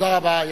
תודה רבה.